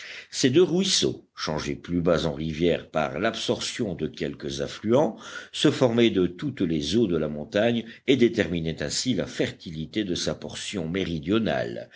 ces deux ruisseaux changés plus bas en rivières par l'absorption de quelques affluents se formaient de toutes les eaux de la montagne et déterminaient ainsi la fertilité de sa portion méridionale